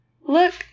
look